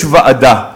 יש ועדה.